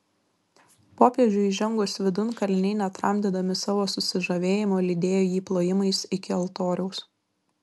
popiežiui įžengus vidun kaliniai netramdydami savo susižavėjimo lydėjo jį plojimais iki altoriaus